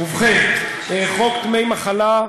ובכן, חוק דמי מחלה,